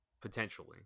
potentially